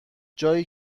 جایی